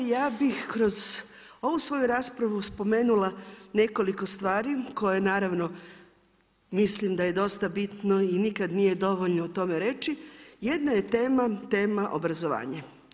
Ja bih kroz ovu svoju raspravu spomenula nekoliko stvari koje naravno mislim da je dosta bitno i nikad nije dovoljno toga reći, jedna je tema, tema obrazovanja.